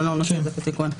(2)